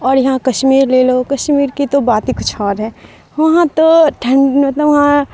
اور یہاں کشمیر لے لو کشمیر کی تو بات ہی کچھ اور ہے وہاں تو ٹھنڈ مطلب وہاں